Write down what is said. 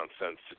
nonsense